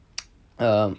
err